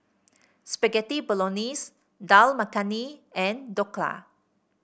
Spaghetti Bolognese Dal Makhani and Dhokla